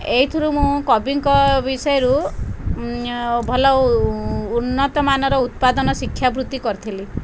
ଏହିଥିରୁ ମୁଁ କବିଙ୍କ ବିଷୟରୁ ଭଲ ଉନ୍ନତମାନର ଉତ୍ପାଦନ ଶିକ୍ଷା ବୃତ୍ତି କରିଥିଲି